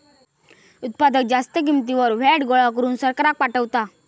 उत्पादक जास्त किंमतीवर व्हॅट गोळा करून सरकाराक पाठवता